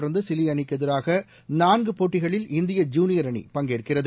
தொடர்ந்துசிலிஅணிக்குஎதிராகநான்குபோட்டிகளில் இதனைத் India junior அணி பங்கேற்கிறது